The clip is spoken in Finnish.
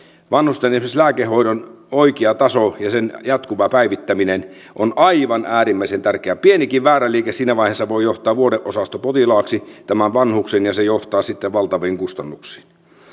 vanhusten lääkehoidon oikea taso ja sen jatkuva päivittäminen on aivan äärimmäisen tärkeää pienikin väärä liike siinä vaiheessa voi johtaa vuodeosastopotilaaksi tämän vanhuksen ja se johtaa sitten valtaviin kustannuksiin